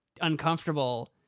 uncomfortable